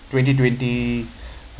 twenty twenty